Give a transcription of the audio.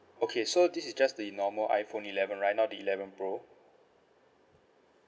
okay so this is just the normal iPhone eleven right now the eleven pro